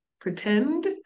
pretend